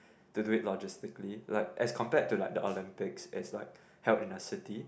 to do it logistically like as compared to like the Olympics it's like held in a city